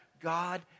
God